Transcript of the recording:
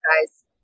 guys